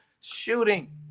shooting